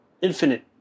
infinite